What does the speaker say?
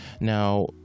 Now